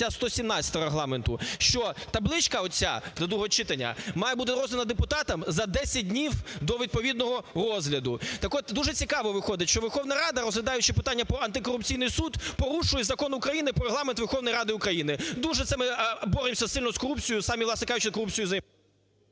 117 Регламенту, що табличка оця до другого читання має бути роздана депутатам за 10 днів до відповідного розгляду. Так от дуже цікаво виходить, що Верховна Рада розглядаючи питання про антикорупційний суд, порушує Закон України "Про Регламент Верховної Ради України". Дуже це ми боремося сильно з корупцією, самі, власне кажучи, корупцією